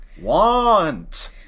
want